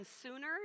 sooner